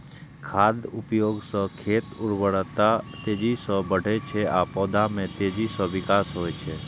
खादक उपयोग सं खेतक उर्वरता तेजी सं बढ़ै छै आ पौधा मे तेजी सं विकास होइ छै